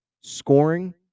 Scoring